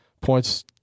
points